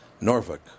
Norfolk